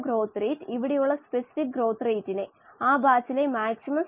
ഒരു കോശവും ഇല്ലെങ്കിൽ x0 ഒരേ വ്യാപ്തത്തിൽV constant ഈ സമവാക്യം ഇങ്ങനെ ആവും